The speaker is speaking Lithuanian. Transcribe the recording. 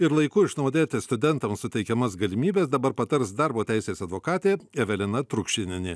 ir laiku išnaudoti studentams suteikiamas galimybes dabar patars darbo teisės advokatė evelina trukšinienė